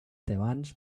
tebans